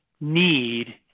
need